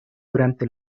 durante